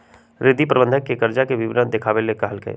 रिद्धि प्रबंधक के कर्जा के विवरण देखावे ला कहलकई